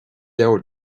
leabhar